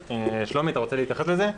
שלומי, אתה רוצה להתייחס לזה?